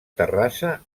terrassa